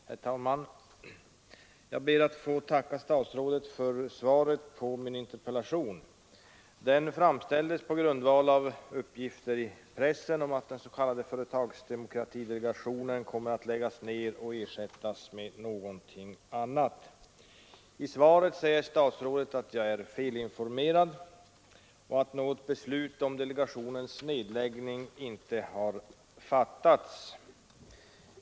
Herr talman! Jag ber att få tacka statsrådet för svaret på min interpellation. Den framställdes på grundval av uppgifter i pressen om att den s.k. företagsdemokratidelegationen kommer att läggas ner och ersättas med någonting annat. I svaret säger statsrådet att jag är felinformerad och att något beslut om delegationens nedläggning inte har fattats.